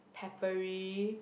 peppery